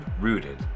rooted